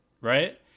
right